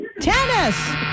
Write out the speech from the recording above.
tennis